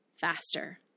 faster